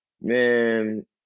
Man